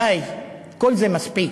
די, כל זה מספיק,